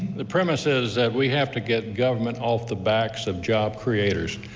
the premise is that we have to get government off the backs of job creators.